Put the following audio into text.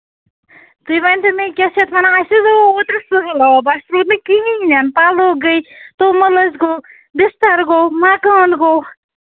تُہۍ ؤنۍتَو مےٚ کیٛاہ چھِ یَتھ وَنان اَسہِ حظ آو اوترٕ سہلاب اَسہِ روٗد نہٕ کِہیٖنٛۍ نٮ۪ن پَلو گٔے توٚمُل حظ گوٚو بِستر گوٚو مَکانہٕ گوٚو